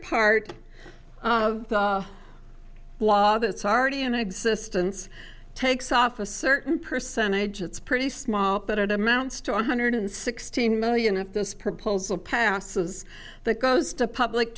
part of the law that's already in existence takes off a certain percentage it's pretty small but it amounts to one hundred sixteen million if this proposal passes that goes to public